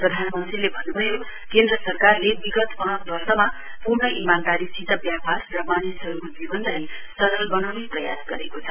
प्रधानमन्त्रीले भन्न्भयो केन्द्र सरकारले विगत पाँच वर्षमा पूर्ण ईमानदारीसित व्यापार र मानिसहरूको जीवनलाई सरल बनाउन प्रयास गरेको छ